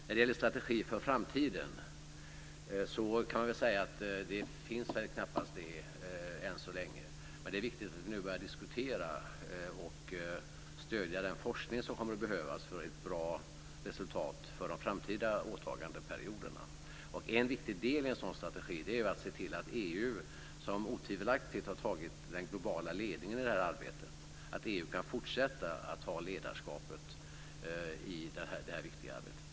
När det gäller strategin för framtiden kan man väl säga att det än så länge knappast finns en sådan, men det är viktigt att nu börja diskutera och att stödja den forskning som kommer att behövas för ett bra resultat för de framtida åtagandeperioderna. En viktig del i en sådan strategi är att se till att EU, som otvivelaktigt har tagit den globala ledningen i detta sammanhang, kan fortsätta att ha ledarskapet i det här viktiga arbetet.